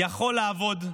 יכול לעבוד,